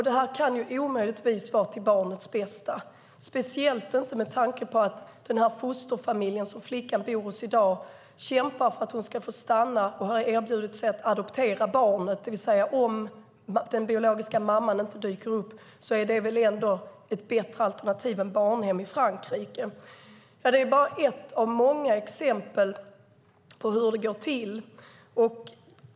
Det kan omöjligtvis vara till barnets bästa, speciellt inte med tanke på att den fosterfamilj som flickan bor hos i dag kämpar för att hon ska få stanna och har erbjudit sig att adoptera barnet. Om den biologiska mamman inte dyker upp är det väl ändå ett bättre alternativ än barnhem i Frankrike. Det är bara ett av många exempel på hur det går till.